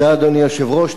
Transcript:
אדוני היושב-ראש,